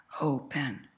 open